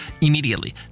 immediately